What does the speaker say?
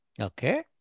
okay